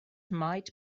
might